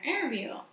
interview